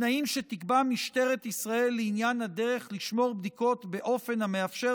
בתנאים שתקבע משטרת ישראל לעניין הדרך לשמור בדיקות באופן המאפשר